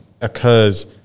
occurs